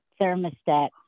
thermostat